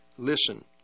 Listen